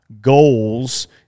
goals –